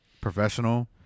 Professional